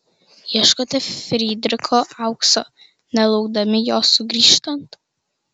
ieškote frydricho aukso nelaukdami jo sugrįžtant